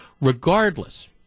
Regardless